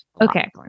Okay